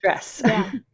stress